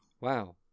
Wow